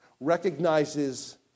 recognizes